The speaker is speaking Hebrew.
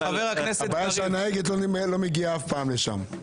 הבעיה שהנהגת לא מגיעה אף פעם לשם.